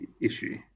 issue